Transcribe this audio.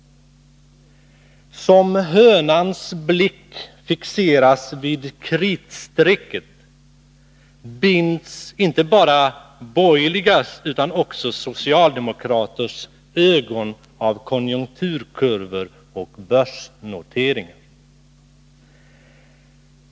Som hönans blick fixeras vid kritstrecket, binds inte bara borgerligas utan också socialdemokraters ögon av konjunkturkurvor och börsnoteringar.